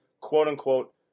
quote-unquote